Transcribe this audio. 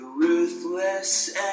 ruthless